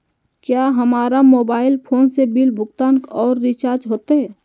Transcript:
क्या हमारा mobile phone से बिल भुगतान और रिचार्ज होते?